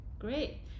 Great